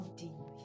deep